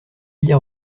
hier